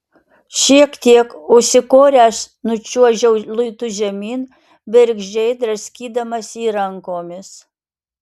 šiek tiek užsikoręs nučiuožiau luitu žemyn bergždžiai draskydamas jį rankomis